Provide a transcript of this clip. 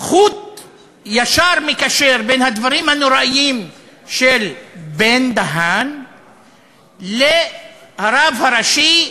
חוט ישר מקשר בין הדברים הנוראיים של בן-דהן לרב הראשי יוסף.